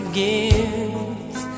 gives